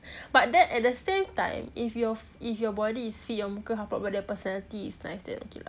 but that at the same time if you have if your body is fit your muka haprak but then your personality is nice then okay lah